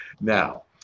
Now